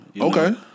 Okay